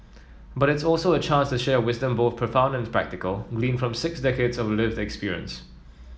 but it's also a chance to share wisdom both profound and practical gleaned from six decades of lived experience